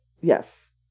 yes